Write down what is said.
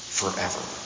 forever